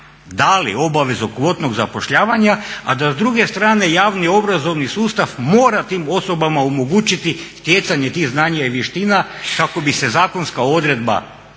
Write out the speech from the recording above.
dali obavezu kvotnog zapošljavanja, a da s druge strane javni obrazovni sustav mora tim osobama omogućiti stjecanje tih znanja i vještina kako bi se zakonska odredba o